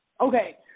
Okay